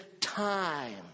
time